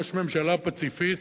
ראש ממשלה פציפיסט,